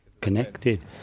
Connected